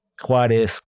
Juárez